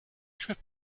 trip